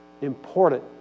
important